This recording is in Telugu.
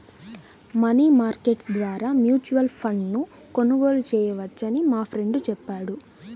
మనీ మార్కెట్ ద్వారా మ్యూచువల్ ఫండ్ను కొనుగోలు చేయవచ్చని మా ఫ్రెండు చెప్పాడు